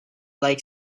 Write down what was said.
like